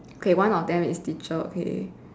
okay one of them is teacher okay